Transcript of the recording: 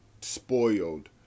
spoiled